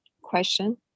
question